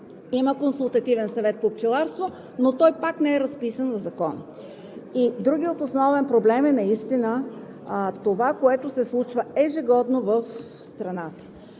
Има Консултативен съвет по пчеларство, но той пак не е разписан в Закона. Другият основен проблем е това, което се случва ежегодно в страната,